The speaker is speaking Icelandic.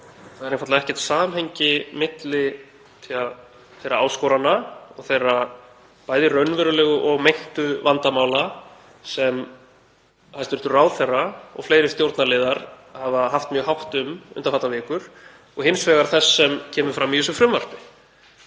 Það er einfaldlega ekkert samhengi milli þeirra áskorana og þeirra bæði raunverulegu og meintu vandamála sem hæstv. ráðherra og fleiri stjórnarliðar hafa haft mjög hátt um undanfarnar vikur og hins vegar þess sem kemur fram í þessu frumvarpi.